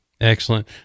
Excellent